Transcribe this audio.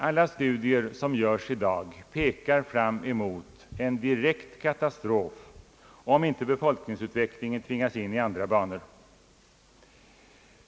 Alla de studier som görs i dag pekar fram emot en direkt katastrof, om inte befolkningsutvecklingen tvingas in i andra banor.